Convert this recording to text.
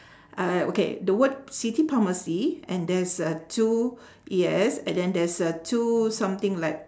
uh okay the word city pharmacy and there's a two yes and then there's a two something like